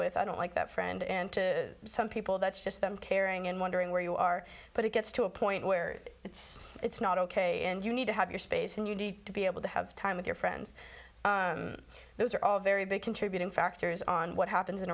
with i don't like that friend and to some people that's just them caring and wondering where you are but it gets to a point where it's it's not ok and you need to have your space and you need to be able to have time with your friends those are all very big contributing factors on what happens in